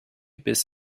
bis